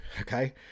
okay